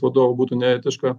vadovo būtų neetiška